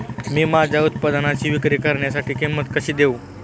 मी माझ्या उत्पादनाची विक्री करण्यासाठी किंमत कशी देऊ?